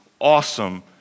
awesome